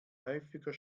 häufiger